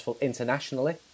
internationally